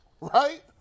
right